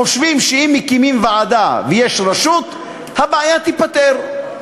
חושבים שאם מקימים ועדה ויש רשות הבעיה תיפתר,